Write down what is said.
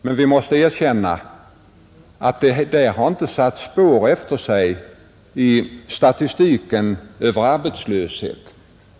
Men vi måste erkänna att det inte satt spår efter sig i statistiken över arbetslösheten.